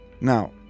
now